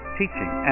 teaching